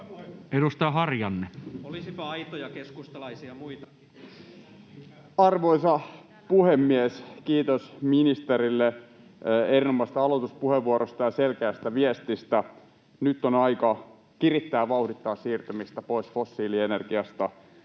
14:11 Content: Arvoisa puhemies! Kiitos ministerille erinomaisesta aloituspuheenvuorosta ja selkeästä viestistä. Nyt on aika kirittää ja vauhdittaa siirtymistä pois fossiilienergiasta.